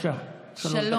בבקשה, שלוש דקות.